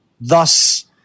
Thus